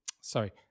sorry